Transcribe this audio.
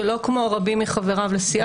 שלא כמו רבים מחבריו לסיעה.